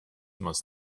must